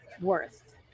worth